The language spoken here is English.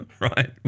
right